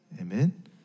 Amen